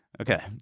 Okay